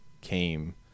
came